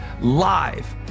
Live